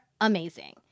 amazing